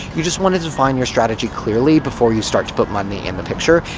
you just wanna define your strategy clearly before you start to put money in the picture.